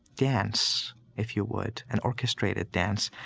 dance, if you would, an orchestrated dance,